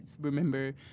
remember